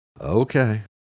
Okay